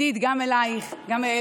עידית, גם אלייך וגם לאלקין: